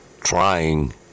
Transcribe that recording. trying